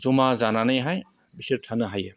जमा जानानैहाय बिसोर थानो हायो